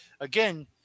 again